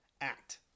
act